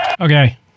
okay